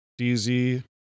DZ